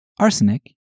Arsenic